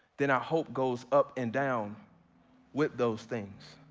then our hope goes up and down with those things.